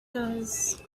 does